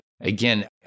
again